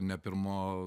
ne pirmo